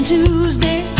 Tuesday